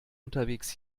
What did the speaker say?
unterwegs